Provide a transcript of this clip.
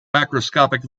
macroscopic